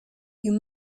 you